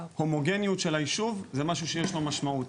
ההומוגניות של הישוב זה משהו שיש לו משמעות.